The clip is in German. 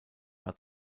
war